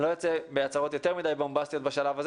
אני לא אצא בהצהרות יותר מדי בומבסטיות בשלב הזה.